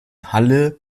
halle